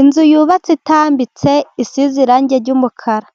Inzu yubatse itambitse isize irangi ry'umukara,